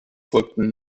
folgten